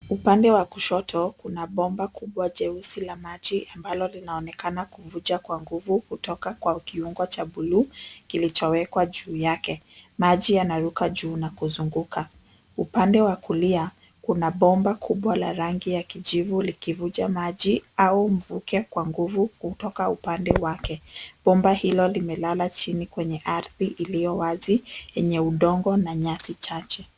Upande wa kushoto kuna bomba kubwa jeusi la maji ambalo linaonekana likkivuja kutoka kwa kiungo cha bluu kilichowekwa juu yake. Maji yanaruka juu na kuzunguka. Upande wa kulia kuna bomba kubwa la rangi ya kijivu likivuja maji au mvuke kwa nguvu kutoka upande wake. Bomba hilo limelala chini kwenye ardhi iliyo wazi yenye udongo na miti chache.